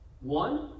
One